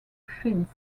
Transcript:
fins